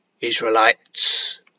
Israelites